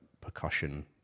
percussion